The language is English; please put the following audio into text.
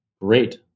great